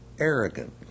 arrogant